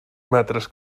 metres